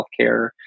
healthcare